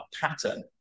pattern